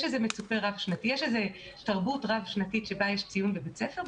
יש תרבות רב-שנתית שבה יש ציון בבית ספר,